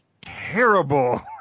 terrible